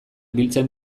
biltzen